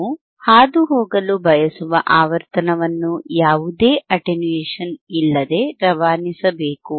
ನಾವು ಹಾದುಹೋಗಲು ಬಯಸುವ ಆವರ್ತನವನ್ನು ಯಾವುದೇ ಅಟೆನ್ಯೂಯೇಷನ್ ಇಲ್ಲದೆ ರವಾನಿಸಬೇಕು